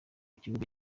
kibuga